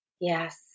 Yes